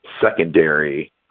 secondary